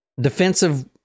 Defensive